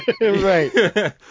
Right